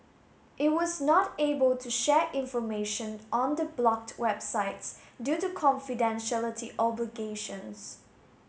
it was not able to share information on the blocked websites due to confidentiality obligations